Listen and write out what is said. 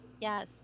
yes